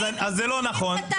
זה לא נכון.